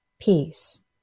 peace